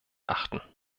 achten